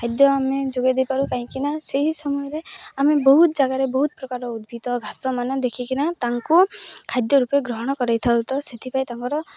ଖାଦ୍ୟ ଆମେ ଯୋଗେଇ ଦେଇପାରୁ କାହିଁକିନା ସେହି ସମୟରେ ଆମେ ବହୁତ ଜାଗାରେ ବହୁତ ପ୍ରକାର ଉଦ୍ଭିଦ ଘାସମାନେ ଦେଖିକିନା ତାଙ୍କୁ ଖାଦ୍ୟ ରୂପେ ଗ୍ରହଣ କରେଇଥାଉ ତ ସେଥିପାଇଁ ତାଙ୍କର